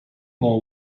more